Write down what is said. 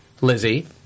lizzie